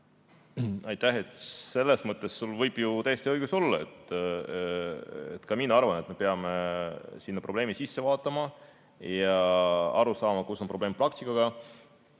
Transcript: Aitäh! Selles mõttes võib sul ju täiesti õigus olla, ka mina arvan, et me peame probleemi sisse vaatama ja aru saama, kus on probleem praktikaga